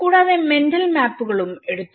കൂടാതെ മെന്റൽ മാപ്പുകളും എടുത്തു